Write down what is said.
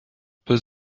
peu